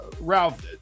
ralph